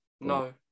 no